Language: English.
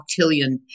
octillion